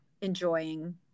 enjoying